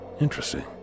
Interesting